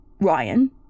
Ryan